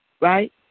right